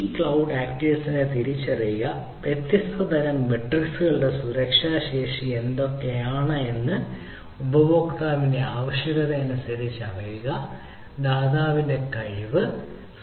cloud ആക്ടർസ്നെ തിരിച്ചറിയുക business level നയങ്ങൾ വിലയിരുത്തുക ഇത്തരത്തിലുള്ള സർവീസ് മനസിലാക്കുക വ്യത്യസ്ത മാട്രിക്സുകളുടെ സുരക്ഷാ ശേഷി എന്തൊക്കെയാണ് ഉപഭോക്താവിന്റെ സുരക്ഷാ ആവശ്യകത ദാതാവിന്റെ കഴിവ് എന്നിവ